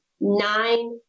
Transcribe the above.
nine